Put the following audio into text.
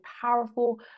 powerful